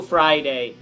Friday